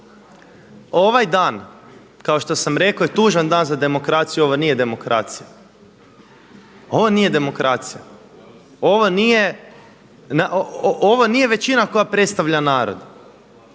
ovaj dan kao što sam rekao je tužan dan za demokraciju, ovo nije demokracija, ovo nije većina koja predstavlja narod,